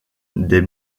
des